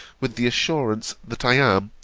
with the assurance, that i am,